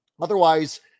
otherwise